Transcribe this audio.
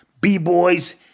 b-boys